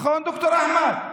נכון, ד"ר אחמד?